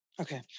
Okay